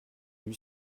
lui